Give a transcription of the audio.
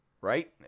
Right